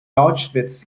auschwitz